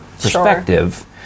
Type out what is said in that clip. perspective